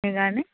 সেইকাৰণে